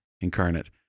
Incarnate